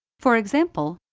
for example,